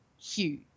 huge